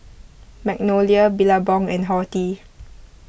Magnolia Billabong and Horti